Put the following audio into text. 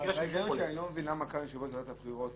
בהיגיון שלי אני לא מבין למה כאן יושב-ראש ועדת הבחירות,